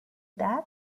that